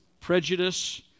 prejudice